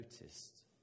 noticed